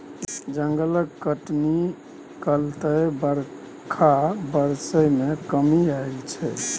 जंगलक कटनी चलते बरखा बरसय मे कमी आएल छै